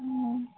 ಹ್ಞೂ